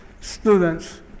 students